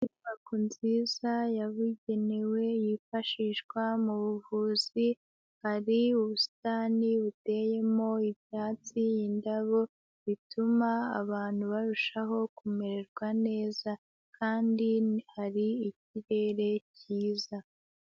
Inyubako nziza yabugenewe yifashishwa mu buvuzi, hari ubusitani buteyemo ibyatsi, indabo, bituma abantu barushaho kumererwa neza. Kandi hari ikirere kiza.